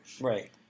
Right